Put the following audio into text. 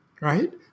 right